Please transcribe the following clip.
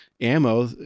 ammo